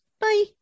bye